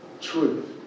truth